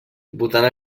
votant